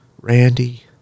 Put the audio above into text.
Randy